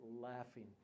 laughing